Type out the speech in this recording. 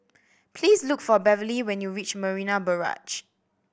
please look for Beverley when you reach Marina Barrage